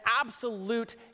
absolute